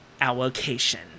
allocation